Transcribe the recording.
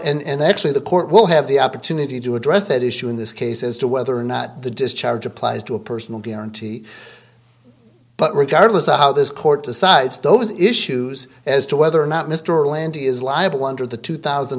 how and actually the court will have the opportunity to address that issue in this case as to whether or not the discharge applies to a personal guarantee but regardless of how this court decides those issues as to whether or not mr lanty is liable under the two thousand